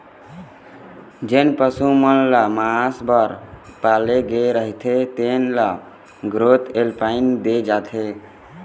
जेन पशु मन ल मांस बर पाले गे रहिथे तेन ल ग्रोथ इंप्लांट दे जाथे